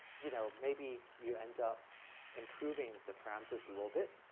you know, maybe you end up improving the parameters a little bit,